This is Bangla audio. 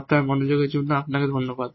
আপনার মনোযোগের জন্য আপনাকে ধন্যবাদ